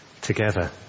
together